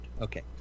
Okay